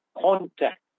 contact